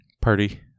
party